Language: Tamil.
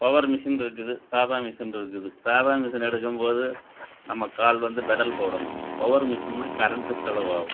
பவர் மிஷின் இருக்குது சாதா மிஷின் இருக்குது சாதா மிஷின் எடுக்கும் போது நம்ம கால் வந்து பெடல் போடணும் பவர் மிஷின்னா கரண்ட்டு செலவாவும்